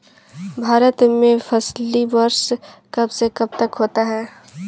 भारत में फसली वर्ष कब से कब तक होता है?